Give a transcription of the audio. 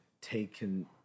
taken